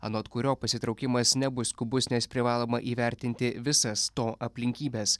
anot kurio pasitraukimas nebus skubus nes privaloma įvertinti visas to aplinkybes